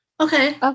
Okay